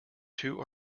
two